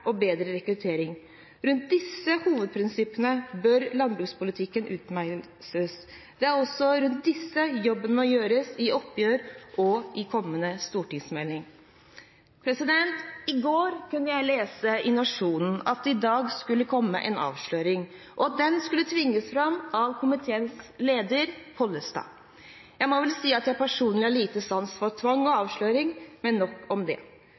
og bedre rekruttering. Rundt disse hovedprinsippene bør landbrukspolitikken utmeisles. Det er også rundt disse jobben må gjøres i oppgjør og i kommende stortingsmelding. I går kunne jeg lese i Nationen at det i dag skulle komme en avsløring, og den skulle tvinges fram av komiteens leder, Pollestad. Jeg må vel si at jeg personlig har lite sans for tvang og avsløring, men nok om det.